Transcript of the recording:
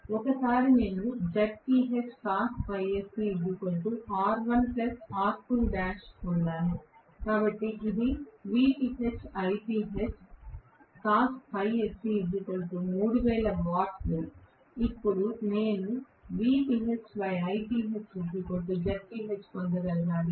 ఒకసారి నేను పొందాను కాబట్టి ఇది ఇప్పుడు నేను పొందగలగాలి